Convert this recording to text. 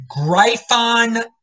Gryphon